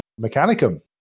Mechanicum